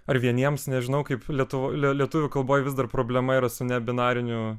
ar vieniems nežinau kaip lietuvo lietuvių kalboj vis dar problema yra su ne binarinių